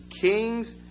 kings